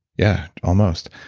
yeah, almost.